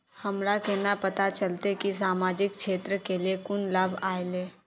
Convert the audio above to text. हमरा केना पता चलते की सामाजिक क्षेत्र के लिए कुछ लाभ आयले?